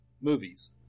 movies